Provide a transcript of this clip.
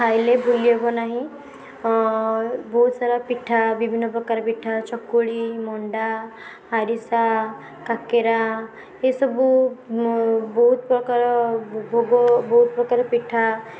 ଖାଇଲେ ଭୁଲି ହେବ ନାହିଁ ବହୁତ ସାରା ପିଠା ବିଭିନ୍ନ ପ୍ରକାର ପିଠା ଚକୁଳି ମଣ୍ଡା ଆରିସା କାକେରା ଏସବୁ ବହୁତ ପ୍ରକାର ଭୋଗ ବହୁତ ପ୍ରକାର ପିଠା